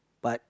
but